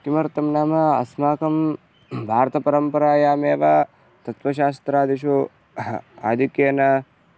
किमर्थं नाम अस्माकं भारतपरम्परायामेव तत्त्वशास्त्रादिषु आधिक्येन